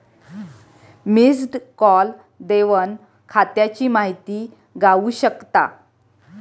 missed call देवन खात्याची माहिती गावू शकता